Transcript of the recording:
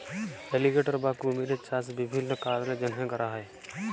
alligator বা কুমিরের চাষ বিভিল্ল্য কারলের জ্যনহে ক্যরা হ্যয়